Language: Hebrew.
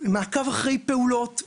מעקב אחרי פעולות,